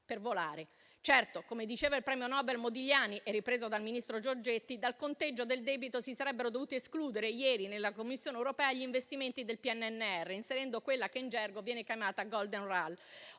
per volare. Certo - come diceva il premio Nobel Modigliani, ripreso dal ministro Giorgetti - dal conteggio del debito si sarebbero dovuti escludere ieri, nella Commissione europea, gli investimenti del PNRR, inserendo quella che in gergo viene chiamata *golden rule*,